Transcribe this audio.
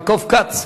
חבר הכנסת יעקב כץ,